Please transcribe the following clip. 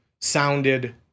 sounded